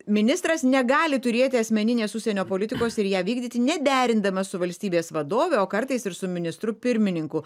ministras negali turėti asmeninės užsienio politikos ir ją vykdyti nederindamas su valstybės vadove o kartais ir su ministru pirmininku